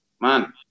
man